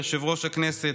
ליושב-ראש הכנסת,